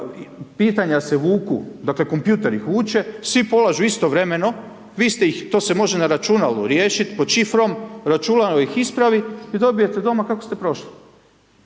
pitanja se vuku, dakle, kompjutor ih vuče, svi polažu istovremeno, vi ste ih, to se može na računalu riješit pod šifrom, računalo ih ispravi i dobijete doma kako ste prošli.